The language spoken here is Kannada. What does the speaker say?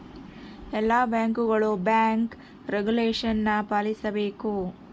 ಎಲ್ಲ ಬ್ಯಾಂಕ್ಗಳು ಬ್ಯಾಂಕ್ ರೆಗುಲೇಷನ ಪಾಲಿಸಬೇಕು